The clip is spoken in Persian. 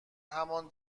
همان